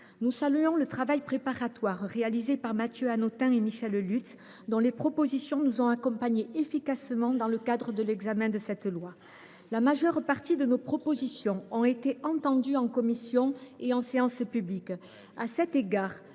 Nous saluons le travail préparatoire réalisé par Mathieu Hanotin et Michèle Lutz : leurs propositions nous ont accompagnés efficacement dans le cadre de l’examen de ce texte. La majeure partie de nos suggestions ont été entendues en commission et en séance publique. À cet égard,